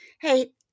hey